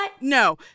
No